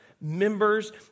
members